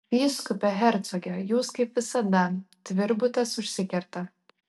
vyskupe hercoge jūs kaip visada tvirbutas užsikerta